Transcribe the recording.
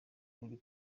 ruri